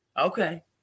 Okay